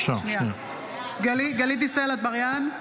גלית דיסטל אטבריאן,